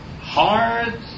hard